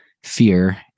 fear